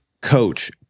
coach